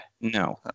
No